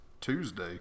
Tuesday